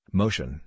motion